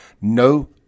No